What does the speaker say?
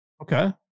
Okay